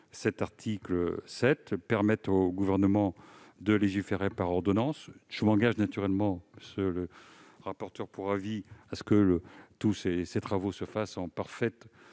cet article 7, qui permet au Gouvernement de légiférer par ordonnance sur ce point. Je m'engage naturellement, monsieur le rapporteur pour avis, à ce que ces travaux se fassent en parfaite